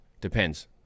depends